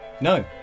No